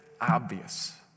obvious